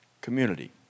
Community